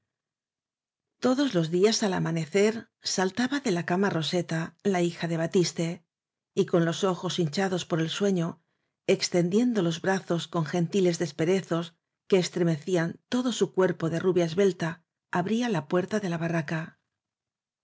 todos los días al ama necer saltaba de la cama roseta la hija de batiste y con los ojos hinchados por el sueño extendiendo los brazos con gentiles despe rezos que estremecían todo su cuerpo de rubia esbelta abría la puerta de la barraca